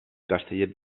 castellet